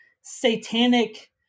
satanic